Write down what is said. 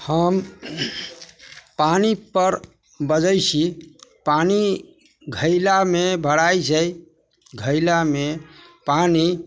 हम पानिपर बजै छी पानि घैलामे भराइ छै घैला मे पानि